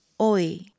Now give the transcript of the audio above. OI